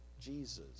Jesus